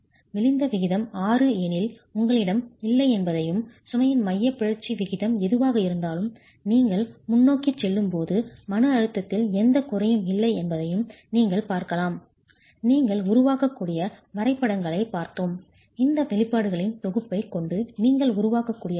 மெலிந்த விகிதம் 6 எனில் உங்களிடம் இல்லை என்பதையும் சுமையின் மையப் பிறழ்ச்சி விகிதம் எதுவாக இருந்தாலும் நீங்கள் முன்னோக்கிச் செல்லும்போது மன அழுத்தத்தில் எந்தக் குறையும் இல்லை என்பதையும் நீங்கள் பார்க்கலாம் நீங்கள் உருவாக்கக்கூடிய வரைபடங்களைப் பார்த்தோம் இந்த வெளிப்பாடுகளின் தொகுப்பைக் கொண்டு நீங்கள் உருவாக்கக்கூடிய வளைவுகள்